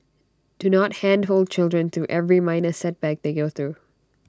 do not handhold children through every minor setback they go through